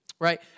Right